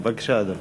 בבקשה, אדוני.